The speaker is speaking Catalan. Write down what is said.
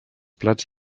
plats